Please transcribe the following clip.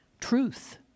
Truth